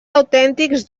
autèntics